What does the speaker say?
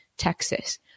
Texas